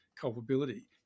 culpability